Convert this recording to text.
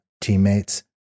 teammates